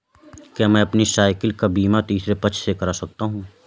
क्या मैं अपनी मोटरसाइकिल का बीमा तीसरे पक्ष से करा सकता हूँ?